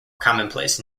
commonplace